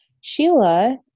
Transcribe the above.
Sheila